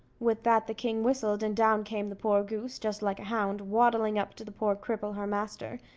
with that the king whistled, and down came the poor goose, just like a hound, waddling up to the poor cripple, her master,